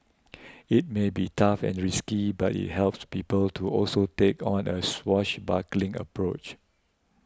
it may be tough and risky but it helps people to also take on a swashbuckling approach